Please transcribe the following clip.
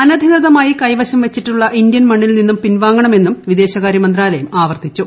അനധികൃതമായി കൈവശം വെച്ചിട്ടുള്ള ഇന്ത്യൻ മണ്ണിൽ നിന്നും പിൻവാങ്ങണമെന്നും വിദേശകാര്യ മന്ത്രാലയം ആവർത്തിച്ചു